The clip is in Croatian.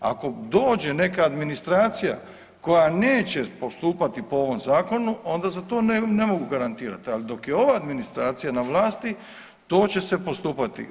Ako dođe neka administracija koja neće postupati po ovom Zakonu, onda za to ne mogu garantirati, ali dok je ova administracija na vlasti, to će se postupati.